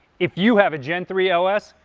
if you have a gen three ls,